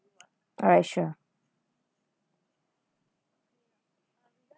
alright sure